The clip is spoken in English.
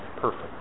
perfect